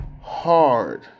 hard